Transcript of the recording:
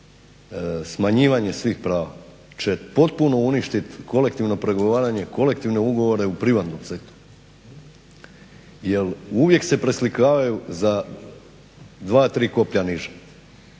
smanjivanje svih prava će potpuno uništiti kolektivno pregovaranje, kolektivne ugovore u privatnom sektoru. Jer uvijek se preslikavaju za dva, tri koplja niže.